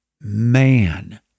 Man